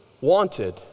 wanted